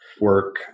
work